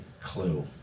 clue